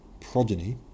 progeny